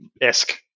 esque